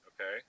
Okay